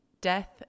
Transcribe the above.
death